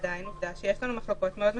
ועדיין העבודה שיש לנו מחלוקות מאוד משמעותיות.